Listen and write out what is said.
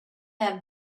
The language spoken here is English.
have